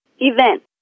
event